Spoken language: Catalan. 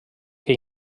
que